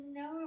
no